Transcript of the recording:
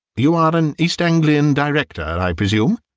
you are an east anglian director, i presume?